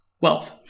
wealth